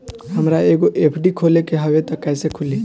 हमरा एगो एफ.डी खोले के हवे त कैसे खुली?